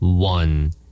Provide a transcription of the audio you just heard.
One